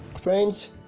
Friends